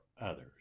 others